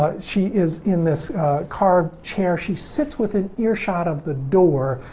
she is in this car chair. she sits within earshot of the door,